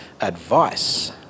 advice